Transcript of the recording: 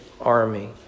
army